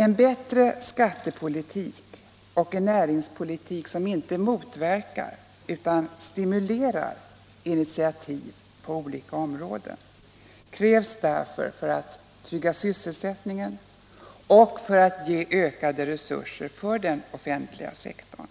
En bättre skattepolitik och en näringspolitik som inte motverkar utan stimulerar initiativ på olika områden krävs därför för att trygga sysselsättningen och för att ge ökade resurser till den offentliga sektorn,